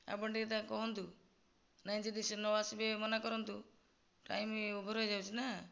ଆପଣ ଟିକିଏ ତାଙ୍କୁ କୁହନ୍ତୁ ନାଇଁ ଯଦି ସେ ନ ଆସିବେ ମନା କରନ୍ତୁ ଟାଇମ ଓଭର ହୋଇଯାଉଛି ନା